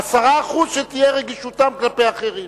10% ממנה שתהיה רגישותם כלפי אחרים.